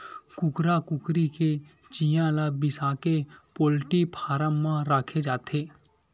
कुकरा कुकरी के चिंया ल बिसाके पोल्टी फारम म राखे जाथे